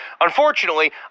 Unfortunately